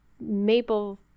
maple